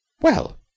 Well